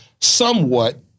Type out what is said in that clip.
Somewhat